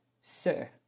Sir